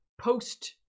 post